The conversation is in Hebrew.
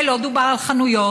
ולא דובר על חנויות.